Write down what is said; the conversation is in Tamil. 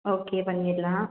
ஓகே பண்ணிடலாம்